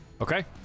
Okay